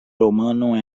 romanon